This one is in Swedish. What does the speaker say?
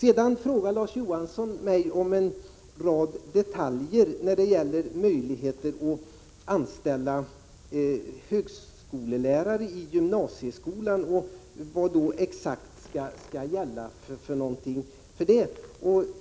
Larz Johansson frågade mig om en rad detaljer rörande möjligheter att anställa högskolelärare i gymnasieskolan och om vad som exakt skulle gälla i sådana fall.